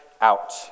out